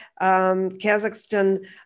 Kazakhstan